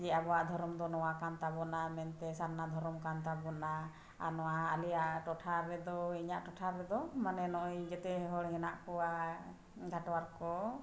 ᱡᱮ ᱟᱵᱚᱣᱟᱜ ᱫᱷᱚᱨᱚᱢ ᱫᱚ ᱱᱚᱣᱟ ᱠᱟᱱ ᱛᱟᱵᱚᱱᱟ ᱢᱮᱱᱛᱮ ᱥᱟᱨᱱᱟ ᱫᱷᱚᱨᱚᱢ ᱠᱟᱱ ᱛᱟᱵᱚᱱᱟ ᱟᱨ ᱱᱚᱣᱟ ᱟᱞᱮᱭᱟᱜ ᱴᱚᱴᱷᱟ ᱨᱮᱫᱚ ᱤᱧᱟᱹᱜ ᱴᱚᱴᱷᱟ ᱨᱮᱫᱚ ᱢᱟᱱᱮ ᱱᱚᱜᱼᱚᱭ ᱡᱷᱚᱛᱚ ᱦᱚᱲ ᱦᱮᱱᱟᱜ ᱠᱚᱣᱟ ᱜᱷᱟᱴᱣᱟᱨ ᱠᱚ